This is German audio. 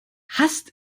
hasst